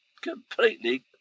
completely